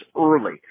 early